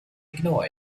ignore